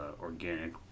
organic